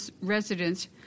residents